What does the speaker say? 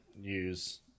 use